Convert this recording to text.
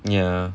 ya